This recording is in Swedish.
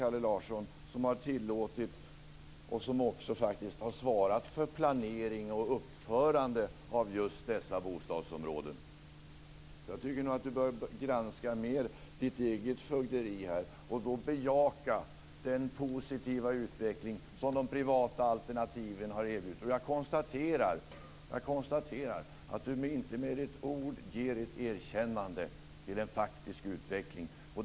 Den har tillåtit och svarat för planeringen och uppförandet av dessa bostadsområden. Kalle Larsson bör mer granska sitt eget fögderi, och han bör bejaka den positiva utveckling som de privata alternativen har erbjudit. Jag konstaterar att Kalle Larsson inte med ett ord ger ett erkännande för en faktisk utveckling.